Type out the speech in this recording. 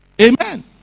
amen